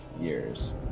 years